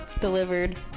delivered